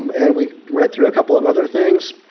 and we read through a couple of other things.